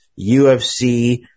UFC